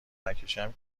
نکشم